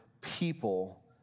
people